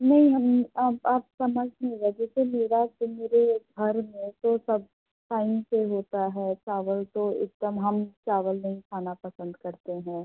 नहीं हम आप समझ नहीं रहे जैसे मेरा तो मेरे घर में तो सब टाइम पर होता है चावल तो एक दम हम चावल नहीं खाना पसंद करते हैं